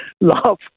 love